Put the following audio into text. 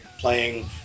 playing